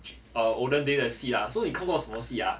olden day 的戏 lah so 你看过什么戏 ah